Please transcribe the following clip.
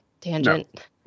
tangent